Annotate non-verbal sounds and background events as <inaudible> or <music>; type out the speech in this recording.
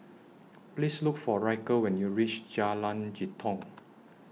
<noise> Please Look For Ryker when YOU REACH Jalan Jitong